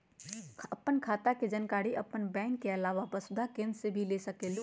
आपन खाता के जानकारी आपन बैंक के आलावा वसुधा केन्द्र से भी ले सकेलु?